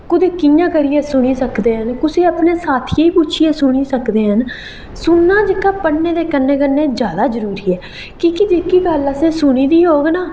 कुतै कि'यां करिये सुनी सकदे न कुसै अपने साथिये गी पुच्छिये सुनी सकदे आं सुनना जेहका पढ़ने दे कन्नै कन्नै जैदा जरुरी ऐ की के जेहकी गल्ल असें सुनी दी होग ना